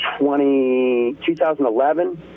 2011